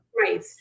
Right